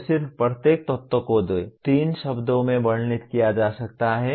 यह सिर्फ प्रत्येक तत्व को दो तीन शब्दों में वर्णित किया जा सकता है